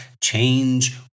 Change